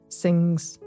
sings